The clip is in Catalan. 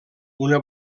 una